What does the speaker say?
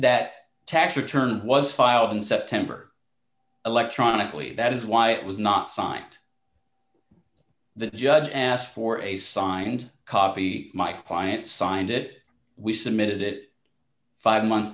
that tax return was filed in september electronically that is why it was not signed the judge asked for a signed copy my client signed it we submitted it five months